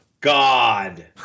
God